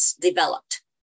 developed